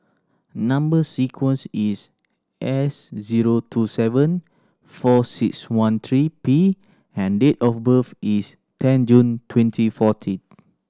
number sequence is S zero two seven four six one three P and date of birth is ten June twenty fourteen